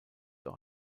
auch